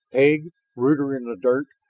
pig! rooter in the dirt!